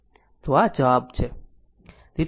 તો આ જવાબ છે